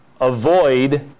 avoid